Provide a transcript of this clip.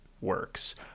works